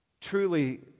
truly